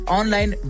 online